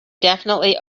definitely